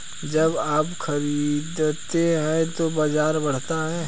जब आप खरीदते हैं तो बाजार बढ़ता है